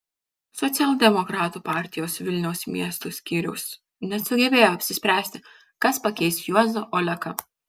socialdemokratų partijos vilniaus miesto skyrius nesugebėjo apsispręsti kas pakeis juozą oleką